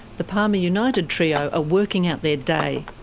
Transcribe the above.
the palmer united trio are working out their day.